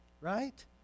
right